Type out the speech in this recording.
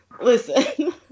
Listen